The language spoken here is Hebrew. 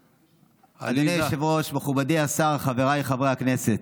אדוני היושב-ראש, מכובדי השר, חבריי חברי הכנסת,